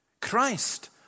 Christ